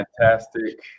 Fantastic